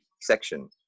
section